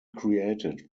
created